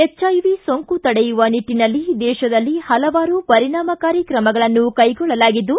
HIV ಸೋಂಕು ತಡೆಯುವ ನಿಟ್ಟನಲ್ಲಿ ದೇಶದಲ್ಲಿ ಹಲವಾರು ಪರಿಣಾಮಕಾರಿ ಕ್ರಮಗಳನ್ನು ಕೈಗೊಳ್ಳಲಾಗಿದ್ದು